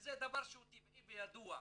וזה דבר שהוא טבעי וידוע.